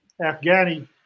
Afghani